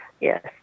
Yes